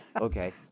Okay